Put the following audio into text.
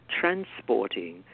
transporting